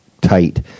tight